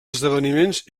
esdeveniments